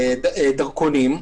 דרכונים,